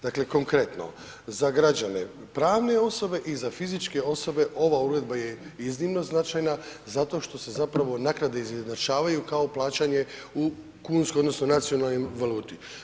Dakle konkretno, za građane pravne osobe i za fizičke osobe ova uredba je iznimno značajna zato što se zapravo naknade izjednačavaju kao plaćanje u kunskoj odnosno nacionalnoj valuti.